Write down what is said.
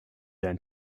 dein